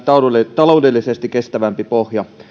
taloudellisesti kestävämpi pohja